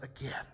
again